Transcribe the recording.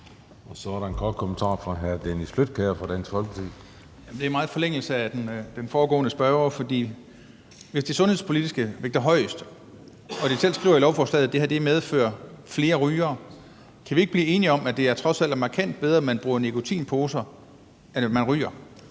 Så er der en kort bemærkning fra hr. Dennis Flydtkjær, Dansk Folkeparti. Kl. 14:16 Dennis Flydtkjær (DF): Det er meget i forlængelse af den foregående spørgers spørgsmål, for hvis det sundhedspolitiske vægter højest – og de skriver selv i lovforslaget, at det her medfører flere rygere – kan vi så ikke blive enige om, at det trods alt er markant bedre, at man bruger nikotinposer, end at man ryger?